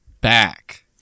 back